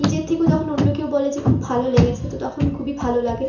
নিজের থেকেও যখন অন্য কেউ বলে যে খুব ভালো লেগেছে তো তখন খুবই ভালো লাগে